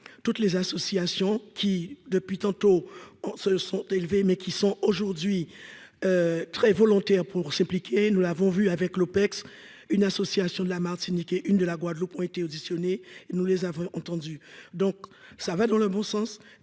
toutes les associations qui, depuis, tantôt se sont élevées, mais qui sont aujourd'hui très volontaire pour le nous l'avons vu avec l'Opecst, une association de la Martinique et une de la Guadeloupe ont été auditionnés, nous les avons entendus, donc ça va dans le bon sens